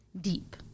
deep